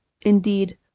Indeed